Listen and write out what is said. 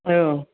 औ